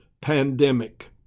pandemic